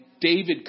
David